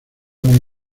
muy